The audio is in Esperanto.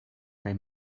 kaj